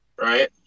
right